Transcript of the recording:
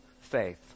faith